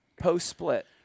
post-split